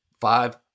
five